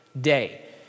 day